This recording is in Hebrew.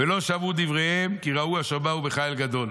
"ולא שמעו לדבריהם כי ראו אשר באו בחיל גדול".